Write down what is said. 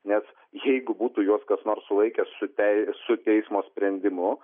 nes jeigu būtų juos kas nors sulaikęs su tei su teismo sprendimu